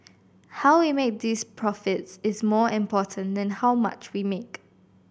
how we make those profits is more important than how much we make